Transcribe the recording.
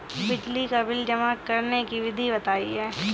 बिजली का बिल जमा करने की विधि बताइए?